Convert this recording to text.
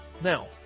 Now